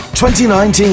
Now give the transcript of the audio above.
2019